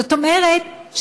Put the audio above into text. זאת אומרת, תודה.